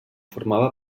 formava